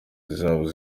zizaba